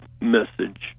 message